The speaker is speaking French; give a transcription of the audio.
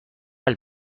elle